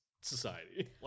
society